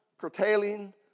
curtailing